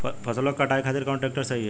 फसलों के कटाई खातिर कौन ट्रैक्टर सही ह?